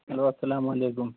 hello السلام علیکم